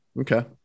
Okay